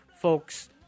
Folks